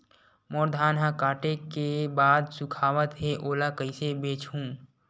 मोर धान ह काटे के बाद सुखावत हे ओला कइसे बेचहु?